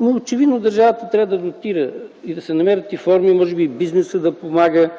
Очевидно държавата трябва да дотира и да се намерят форми, може би и бизнесът да помага.